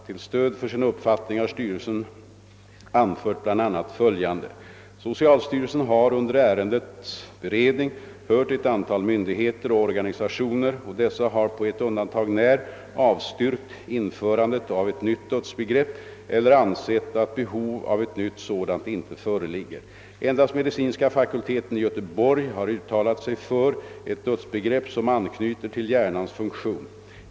Till stöd för sin uppfattning har styrelsen anfört bl.a. följande. Socialstyrelsen har under ärendets beredning hört ett antal myndigheter och organisationer, och dessa har på ett undantag när avstyrkt införandet av ett nytt dödsbegrepp eller ansett att behov av ett nytt sådant inte föreligger. Endast medicinska fakulteten i Göteborg har uttalat sig för ett dödsbegrepp som anknyter till hjärnans funktion.